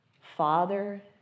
Father